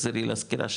תחזרי לסקירה שלך,